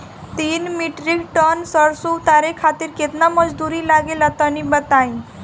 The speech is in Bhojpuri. तीन मीट्रिक टन सरसो उतारे खातिर केतना मजदूरी लगे ला तनि बताई?